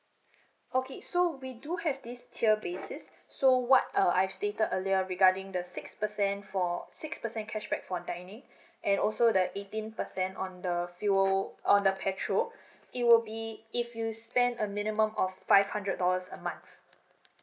okay so we do have this tier basis so what uh I've stated earlier regarding the six percent for six percent cashback for dining and also the eighteen percent on the fuel on the petrol it will be if you spend a minimum of five hundred dollars a month